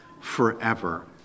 forever